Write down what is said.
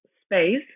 space